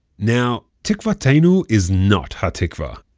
now, tikvateinu is not ha'tikvah.